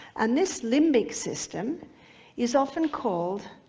and this limbic system is often called